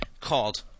called